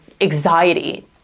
anxiety